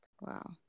Wow